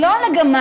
היא לא על הגמל,